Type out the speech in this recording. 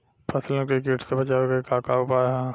फसलन के कीट से बचावे क का उपाय है?